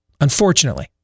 Unfortunately